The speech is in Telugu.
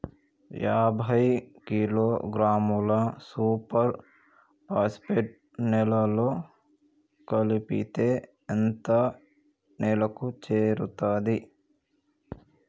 యాభై కిలోగ్రాముల సూపర్ ఫాస్ఫేట్ నేలలో కలిపితే ఎంత నేలకు చేరుతది?